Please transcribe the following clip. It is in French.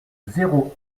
zéro